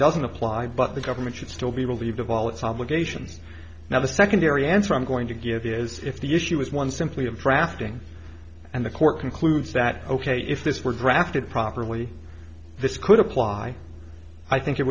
doesn't apply but the government should still be relieved of all its obligations now the secondary answer i'm going to give is if the issue is one simply of drafting and the court concludes that ok if this were drafted properly this could apply i think it